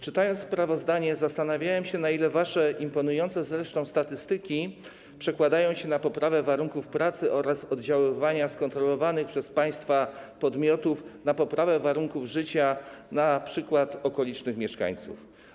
Czytając sprawozdanie, zastanawiałem się, na ile wasze imponujące zresztą statystyki przekładają się na poprawę warunków pracy, a oddziaływania skontrolowanych przez państwa podmiotów - na poprawę warunków życia np. okolicznych mieszkańców.